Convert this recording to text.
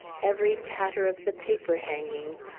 every tatter of the paper-hangings,